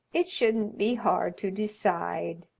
it shouldn't be hard to decide,